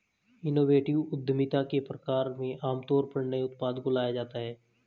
innovative उद्यमिता के प्रकार में आमतौर पर नए उत्पाद को लाया जाता है